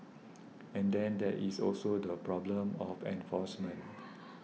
and then there is also the problem of enforcement